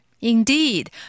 Indeed